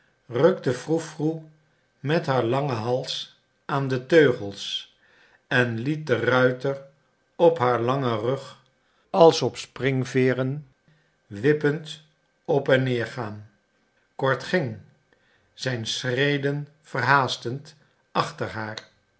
froe froe met haar langen hals aan de teugels en liet den ruiter op haar langen rug als op springveeren wippend op en neergaan kord ging zijn schreden verhaastend achter haar